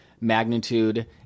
magnitude